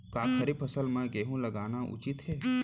का खरीफ फसल म गेहूँ लगाना उचित है?